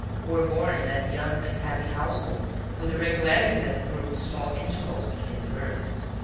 who were born in that young and happy household with a regularity that brooked small intervals between the births.